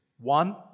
One